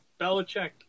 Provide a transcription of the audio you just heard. Belichick